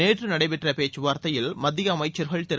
நேற்று நடைபெற்ற பேச்சுவார்த்தையில் மத்திய அமைச்சர்கள் திரு